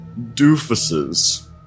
doofuses